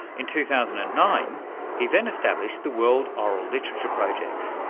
in two thousand and nine he then established the world oral literature project,